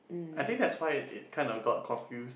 I think that's why it kind of got confuse